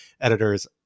Editors